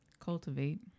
cultivate